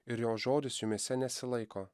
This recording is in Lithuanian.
ir jo žodis jumyse nesilaiko